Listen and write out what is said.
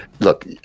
Look